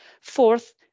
Fourth